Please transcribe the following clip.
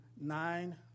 nine